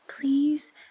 please